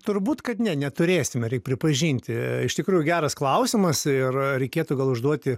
turbūt kad ne neturėsime reik pripažinti iš tikrųjų geras klausimas ir reikėtų gal užduoti